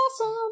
awesome